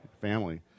family